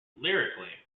lyrically